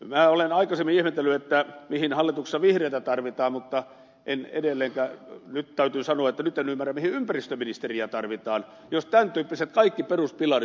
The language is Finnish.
minä olen aikaisemmin ihmetellyt mihin hallituksessa vihreitä tarvitaan mutta nyt täytyy sanoa että nyt en ymmärrä mihin ympäristöministeriä tarvitaan jos kaikki tämän tyyppiset peruspilarit pystytään romuttamaan